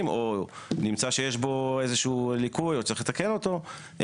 או שנמצא שיש בו איזה שהוא ליקוי או שצריך לתקן אותו,